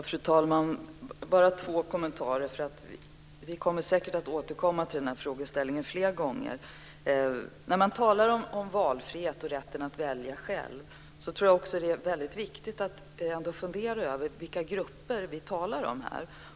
Fru talman! Jag vill bara ge två kommentarer, för vi kommer säkert att återkomma till den här frågeställningen fler gånger. När man talar om valfrihet och rätten att välja själv tror jag också det är väldigt viktigt att fundera över vilka grupper vi talar om.